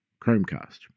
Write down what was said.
Chromecast